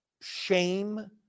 shame